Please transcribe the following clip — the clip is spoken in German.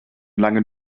langen